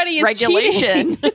regulation